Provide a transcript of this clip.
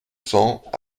cents